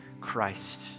Christ